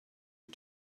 you